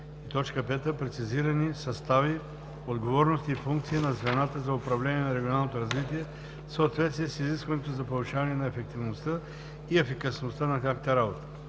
политика. 5. Прецизирани състави, отговорности и функции на звената за управление на регионалното развитие в съответствие с изискването за повишаване на ефективността и ефикасността на тяхната работа.